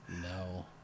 no